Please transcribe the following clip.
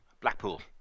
Blackpool